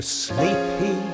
sleepy